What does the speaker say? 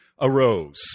arose